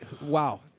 Wow